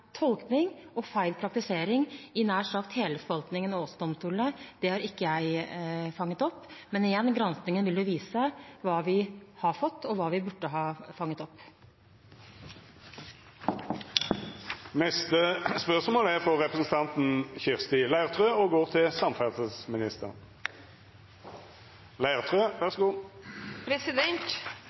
tolkning og feil praktisering i nær sagt i hele forvaltningen og også domstolene. Det har ikke jeg fanget opp. Men igjen: Granskningen vil jo vise hva vi har fått, og hva vi burde ha fanget opp. «Redselen for dårlig skodde useriøse utenlandske trailere på norske vinterveier øker. Vi ser mange oppslag om utenlandske vogntog som sperrer veier, og